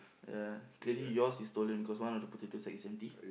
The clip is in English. ya clearly yours is stolen because one of the potato is empty